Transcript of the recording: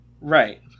right